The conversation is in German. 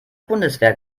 bundeswehr